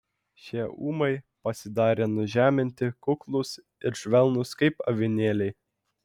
šie ūmai pasidarė nužeminti kuklūs ir švelnūs kaip avinėliai